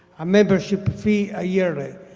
a membership fee ah yearly.